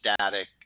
static